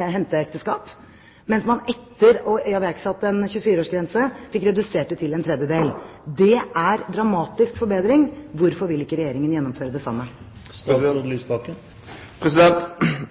fikk redusert det med en tredjedel. Det er en dramatisk forbedring. Når Danmark, med hell, har innført en aldersgrense på 24 år, hvorfor vil ikke Regjeringen gjennomføre det samme?